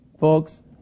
folks